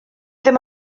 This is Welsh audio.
ddim